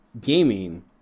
gaming